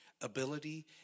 ability